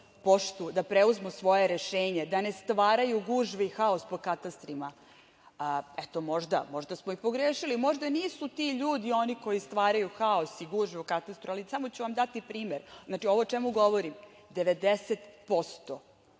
poštu, da preuzmu svoja rešenja, da ne stvaraju gužve i haos po katastrima. Eto, možda smo i pogrešili. Možda nisu ti ljudi oni koji stvaraju haos i gužvu u katastru, ali samo ću vam dati primer. Znači, ovo o čemu govorim, 90%